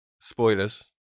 spoilers